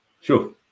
Sure